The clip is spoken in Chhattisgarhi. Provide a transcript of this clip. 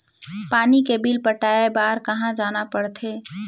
पानी के बिल पटाय बार कहा जाना पड़थे?